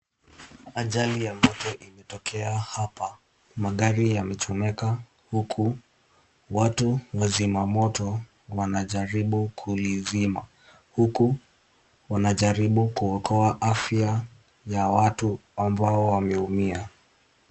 Ajali ya moto imetokea hapa. Magari yamechomeka huku watu wazima moto wanajaribu kuizima huku wanajaribu kuokoa afya ya watu ambao wameumia.